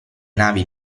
navi